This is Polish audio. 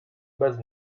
bez